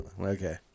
Okay